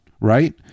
right